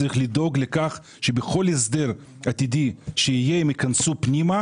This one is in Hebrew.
צריך לדאוג לכך שבכל הסדר עתידי שיהיה הם ייכנסו פנימה,